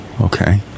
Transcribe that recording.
okay